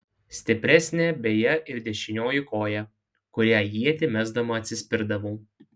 stipresnė beje ir dešinioji koja kuria ietį mesdama atsispirdavau